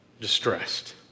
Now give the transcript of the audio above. distressed